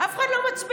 אף אחד לא מצביע.